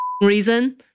reason